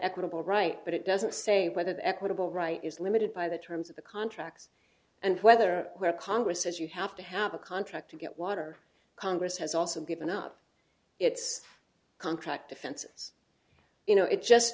equitable right but it doesn't say whether the equitable right is limited by the terms of the contract and whether where congress says you have to have a contract to get water congress has also given up its contract defenses you know it just